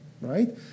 right